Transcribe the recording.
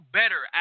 better